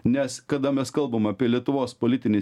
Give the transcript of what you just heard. nes kada mes kalbam apie lietuvos politinį